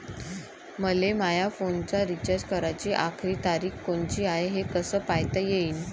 मले माया फोनचा रिचार्ज कराची आखरी तारीख कोनची हाय, हे कस पायता येईन?